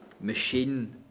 machine